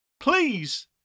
Please